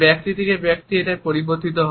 ব্যক্তি থেকে ব্যক্তি এটি পরিবর্তিত হয়